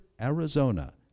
Arizona